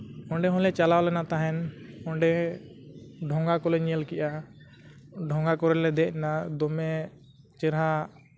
ᱚᱸᱰᱮ ᱦᱚᱸᱞᱮ ᱪᱟᱞᱟᱣ ᱞᱮᱱᱟ ᱛᱟᱦᱮᱸᱫ ᱚᱸᱰᱮ ᱰᱷᱚᱸᱜᱟ ᱠᱚᱞᱮ ᱧᱮᱞ ᱠᱮᱜᱼᱟ ᱰᱷᱚᱸᱜᱟ ᱠᱚᱨᱮᱞᱮ ᱫᱮᱡ ᱮᱱᱟ ᱫᱚᱢᱮ ᱪᱮᱦᱨᱟ